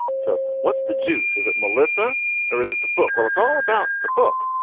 so what's the juice. is it melissa or is it the book. well it's all about the book.